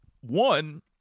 one